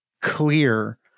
clear